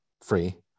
free